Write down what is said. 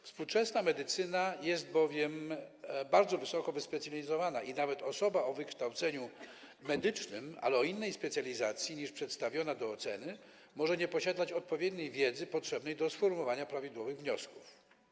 Współczesna medycyna jest bowiem bardzo wysoko wyspecjalizowana i nawet osoba o wykształceniu medycznym, ale o innej specjalizacji niż przedstawiona do oceny, może nie posiadać odpowiedniej wiedzy potrzebnej do sformułowania prawidłowych wniosków.